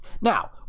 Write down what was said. Now